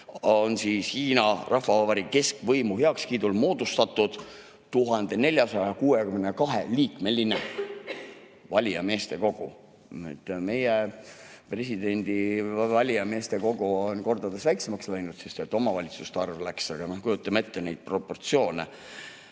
asemel Hiina Rahvavabariigi keskvõimu heakskiidul moodustatud 1462‑liikmeline valijameeste kogu. Meie presidendi valijameeste kogu on kordades väiksemaks läinud, sest omavalitsuste arv läks [väiksemaks], aga noh, kujutame ette neid proportsioone.